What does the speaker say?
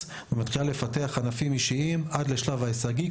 ומפתחת ענפים אישיים עד לשלב ההישגי,